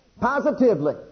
positively